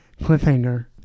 cliffhanger